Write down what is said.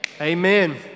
amen